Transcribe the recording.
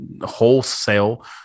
wholesale